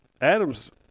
Adam's